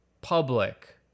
public